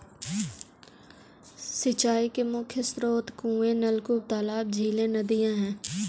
सिंचाई के मुख्य स्रोत कुएँ, नलकूप, तालाब, झीलें, नदियाँ हैं